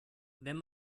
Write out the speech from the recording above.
wenn